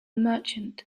merchant